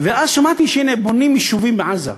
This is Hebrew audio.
ואז שמעתי שהנה, בונים יישובים בעזה.